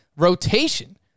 rotation